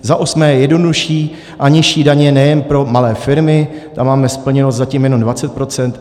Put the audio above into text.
Za osmé jednodušší a nižší daně nejen pro malé firmy, tam máme splněno zatím jenom na 20 %.